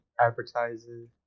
advertisers